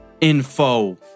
info